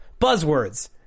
Buzzwords